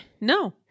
No